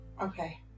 Okay